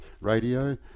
Radio